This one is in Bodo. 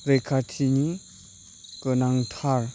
रैखाथिनि गोनांथार